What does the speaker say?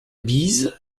bise